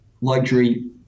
luxury